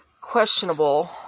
questionable